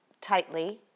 tightly